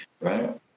right